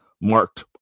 marked